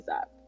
up